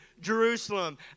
Jerusalem